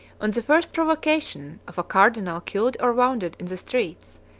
on the first provocation, of a cardinal killed or wounded in the streets,